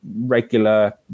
regular